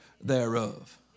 thereof